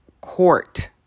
court